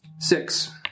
Six